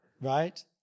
Right